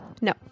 no